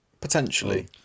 Potentially